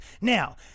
Now